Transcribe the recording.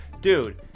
Dude